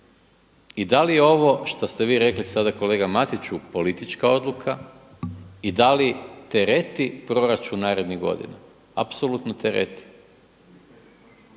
I da li je ovo što ste vi sada rekli kolega Mariću politička odluka i da li tereti proračun narednih godina? Apsolutno tereti.